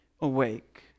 awake